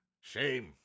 Shame